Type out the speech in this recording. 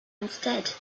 instead